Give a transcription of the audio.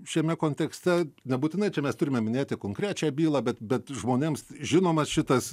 šiame kontekste nebūtinai čia mes turime minėti konkrečią bylą bet bet žmonėms žinomas šitas